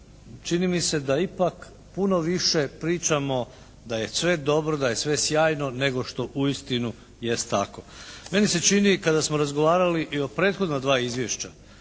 Čini mi se da ipak puno više pričamo da je sve dobro, da je sve sjajno nego što uistinu jest tako. Meni se čini kada smo razgovarali i o prethodna dva izvješća